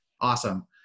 awesome